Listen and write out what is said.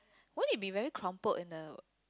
why you be very crumble in the